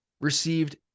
received